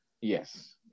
yes